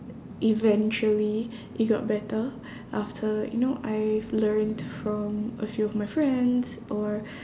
eventually it got better after you know I've learnt from a few of my friends or